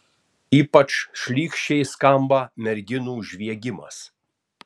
ypač šlykščiai skamba merginų žviegimas